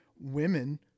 women